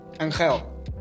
Angel